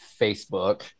Facebook